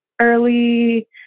early